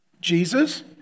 Jesus